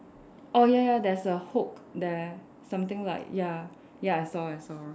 oh ya ya there's a hook there something like ya ya I saw I saw